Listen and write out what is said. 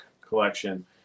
collection